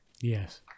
Yes